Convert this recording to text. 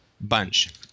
bunch